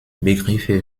begriffe